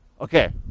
Okay